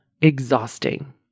exhausting